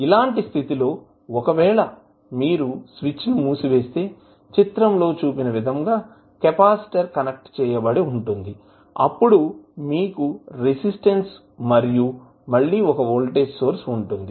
ఇలాంటి స్థితి లో ఒకవేళ మీరు స్విచ్ను మూసివేస్తే చిత్రం లో చూపిన విధంగా కెపాసిటర్ కనెక్ట్ చేయబడి ఉంటుంది అప్పుడు మీకు రెసిస్టన్స్ మరియు మళ్ళీ ఒక వోల్టేజ్ సోర్స్ ఉంటుంది